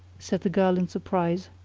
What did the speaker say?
said the girl in surprise.